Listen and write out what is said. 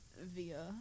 via